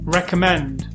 recommend